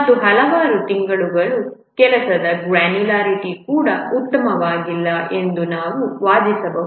ಮತ್ತು ಹಲವಾರು ತಿಂಗಳುಗಳ ಕೆಲಸದ ಗ್ರ್ಯಾನ್ಯುಲಾರಿಟಿ ಕೂಡ ಉತ್ತಮವಾಗಿಲ್ಲ ಎಂದು ನಾವು ವಾದಿಸಬಹುದು